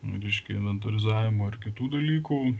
nu reiškia inventorizavimo ir kitų dalykų